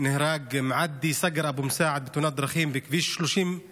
נהרג מעדי סגר אבו מסאעד בתאונת דרכים בכביש 31 הישן,